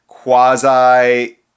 quasi